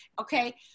okay